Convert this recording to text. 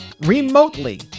remotely